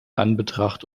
anbetracht